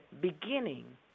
beginning